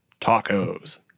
Tacos